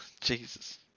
Jesus